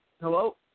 Hello